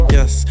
Yes